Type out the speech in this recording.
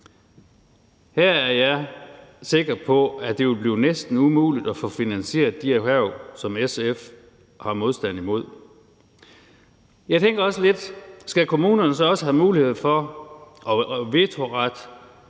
Her er jeg sikker på, at det ville blive næsten umuligt at få finansieret de erhverv, som SF har modstand imod. Jeg tænker også lidt sådan her: Skal kommunerne så også have vetoret,